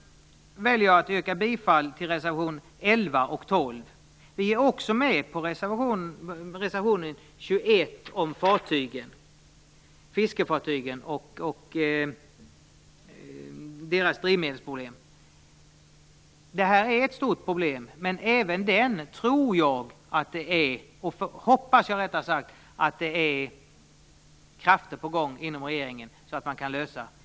Jag yrkar bifall till reservationerna 11 och 12. Vi är också med på reservation 21 om fiskefartygen och deras drivmedelsproblem. Det här är ett stort problem, men även där hoppas jag att det är krafter på gång inom regeringen så att det kan lösas.